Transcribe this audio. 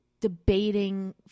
debating